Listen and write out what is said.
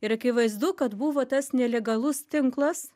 ir akivaizdu kad buvo tas nelegalus tinklas